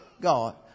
God